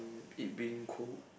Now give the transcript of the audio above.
it being cold